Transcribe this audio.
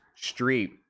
street